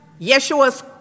Yeshua's